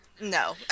No